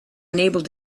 unable